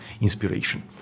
inspiration